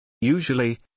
Usually